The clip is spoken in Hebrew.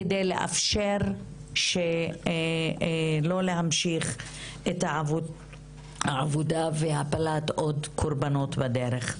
כדי לאפשר לא להמשיך את העבודה והפלת עוד קורבנות בדרך.